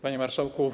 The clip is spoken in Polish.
Panie Marszałku!